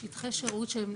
שטחי שירות שהם